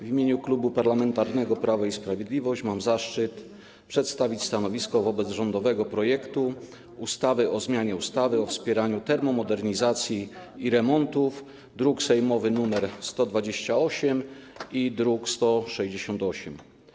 W imieniu Klubu Parlamentarnego Prawo i Sprawiedliwość mam zaszczyt przedstawić stanowisko wobec rządowego projektu ustawy o zmianie ustawy o wspieraniu termomodernizacji i remontów, druki sejmowe nr 128 i 168.